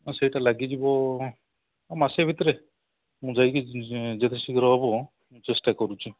ହଁ ସେଇଟା ଲାଗିଯିବ ମାସେ ଭିତରେ ମୁଁ ଯାଇକି ଯେତେ ଶୀଘ୍ର ହେବ ଚେଷ୍ଟା କରୁଛି